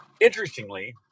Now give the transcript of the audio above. Interestingly